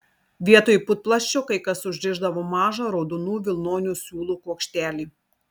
vietoj putplasčio kai kas užrišdavo mažą raudonų vilnonių siūlų kuokštelį